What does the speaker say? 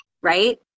right